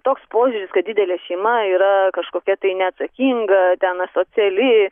toks požiūris kad didelė šeima yra kažkokia tai neatsakinga ten asociali